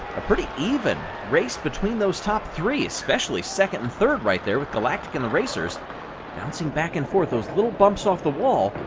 a pretty even race between those top three, especially second and third right there with galactic and the racers bouncing back and forth. those little bumps off the wall,